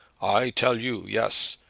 i tell you, yes.